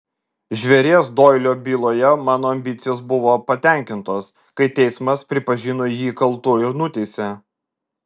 žvėries doilio byloje mano ambicijos buvo patenkintos kai teismas pripažino jį kaltu ir nuteisė